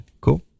cool